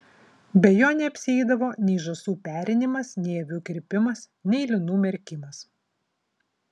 be jo neapsieidavo nei žąsų perinimas nei avių kirpimas nei linų merkimas